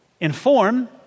Inform